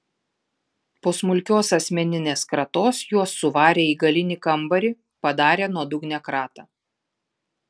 po smulkios asmeninės kratos juos suvarė į galinį kambarį padarė nuodugnią kratą